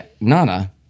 Nana